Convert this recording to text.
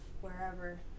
wherever